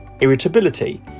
irritability